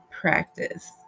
practice